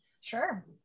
Sure